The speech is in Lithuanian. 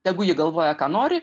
tegu ji galvoja ką nori